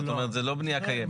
זה לא בנייה קיימת.